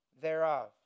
thereof